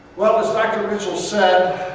well, as dr. mitchell said,